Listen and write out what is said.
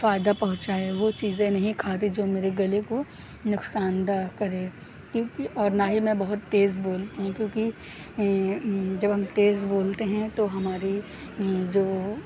فائدہ پہنچائے وہ چیزیں نہیں کھاتی جو میرے گلے کو نقصان دہ کرے کیونکہ اور نہ ہی میں بہت تیز بولتی ہوں کیونکہ جب ہم تیز بولتے ہیں تو ہماری جو